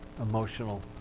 emotional